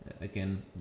Again